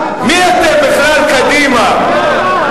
מי אתם בכלל, קדימה?